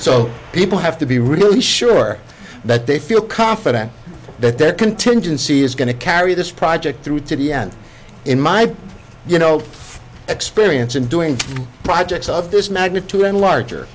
so people have to be really sure that they feel confident that their contingency is going to carry this project through to the end in my you know experience in doing projects of this magnitude and larger